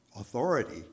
authority